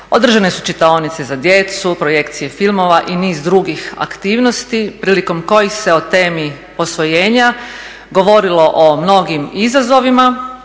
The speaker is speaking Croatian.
održane su čitaonice za djecu, projekcije filmova i niz drugih aktivnosti prilikom kojih se o temi posvojenja govorilo o mnogim izazovima,